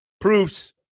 proofs